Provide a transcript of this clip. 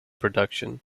production